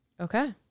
Okay